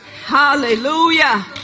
Hallelujah